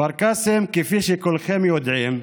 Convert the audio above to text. כפר קאסם, כפי שכולכם יודעים,